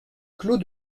clos